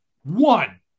one